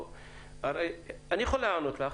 הרי אני יכול לענות לך,